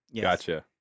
Gotcha